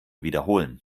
wiederholen